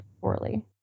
poorly